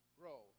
grow